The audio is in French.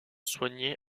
soigné